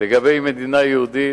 לגבי מדינה יהודית,